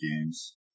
games